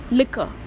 liquor